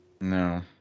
no